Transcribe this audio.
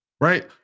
Right